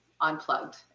unplugged